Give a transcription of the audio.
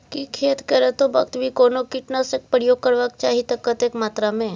की खेत करैतो वक्त भी कोनो कीटनासक प्रयोग करबाक चाही त कतेक मात्रा में?